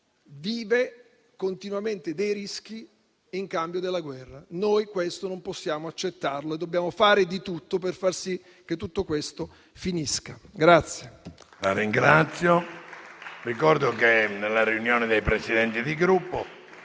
vivono continuamente dei rischi in cambio della guerra. Noi questo non possiamo accettarlo e dobbiamo fare di tutto per far sì che tutto questo finisca.